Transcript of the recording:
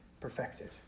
perfected